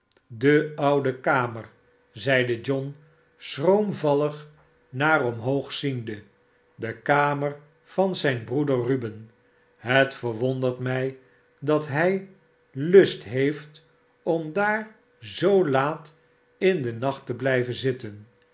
de oude kamer zeide john schroomvallig naar omhoog ziende de kamer van zijn broeder ruben het verwondert mij dat hij lust heeft om daar zoo laat in den nacht te blijven zitten